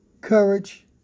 Courage